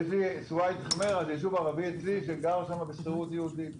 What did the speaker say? ויש --- יישוב ערבי אצלי שגר שם בשכירות יהודי.